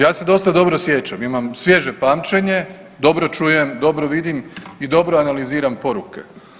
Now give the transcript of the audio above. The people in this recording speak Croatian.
Ja se dosta dobro sjećam, imam svježe pamćenje, dobro čujem, dobro vidim i dobro analiziram poruke.